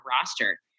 roster